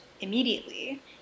immediately